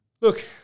look